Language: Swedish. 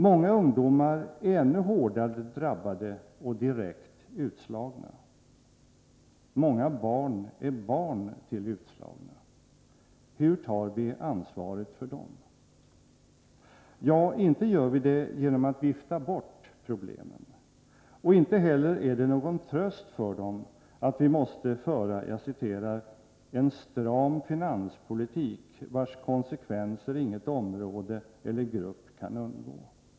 Många ungdomar är ännu hårdare drabbade och direkt utslagna. Många barn är barn till utslagna. Hur tar vi ansvaret för dem? Ja, inte gör vi det genom att vifta bort problemen. Och inte heller är det någon tröst för dem att vi måste föra — som statsrådet uttrycker det — en stram finanspolitik vars konsekvenser inte något område eller någon grupp kan undgå.